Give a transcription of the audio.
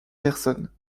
personne